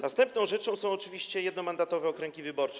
Następną rzeczą są oczywiście jednomandatowe okręgi wyborcze.